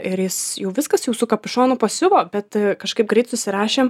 ir jis jau viskas jau su kapišonu pasiuvo bet kažkaip greit susirašėm